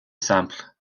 simple